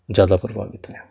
ਜ਼ਿਆਦਾ ਪ੍ਰਭਾਵਿਤ ਹੈ